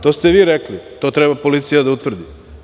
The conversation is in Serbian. To ste vi rekli, to treba policija da utvrdi.